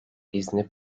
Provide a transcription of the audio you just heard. izni